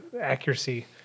accuracy